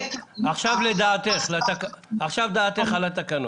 עכשיו דעתך על התקנות.